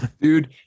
dude